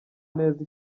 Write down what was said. neza